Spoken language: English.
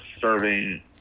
serving